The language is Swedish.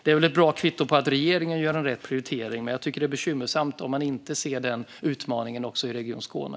Det är kanske ett bra kvitto på att regeringen gör rätt prioritering, men jag tycker att det är bekymmersamt om man inte ser denna utmaning även i Region Skåne.